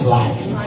life